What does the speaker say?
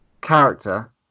character